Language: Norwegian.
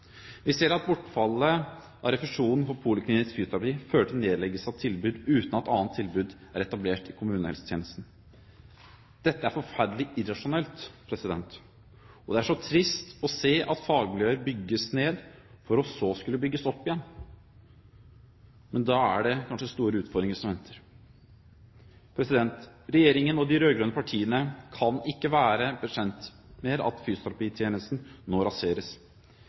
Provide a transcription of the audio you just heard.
Vi ser at bortfallet av refusjon for poliklinisk fysioterapi fører til nedleggelser av tilbud, uten at annet tilbud er etablert i kommunehelsetjenesten. Dette er forferdelig irrasjonelt, og det er så trist å se at fagmiljøer bygges ned, for så å skulle bygges opp igjen, men da er det kanskje store utfordringer som venter. Regjeringen og de rød-grønne partiene kan ikke være bekjent av at fysioterapitjenesten nå raseres.